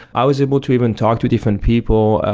i was able to even talk to different people,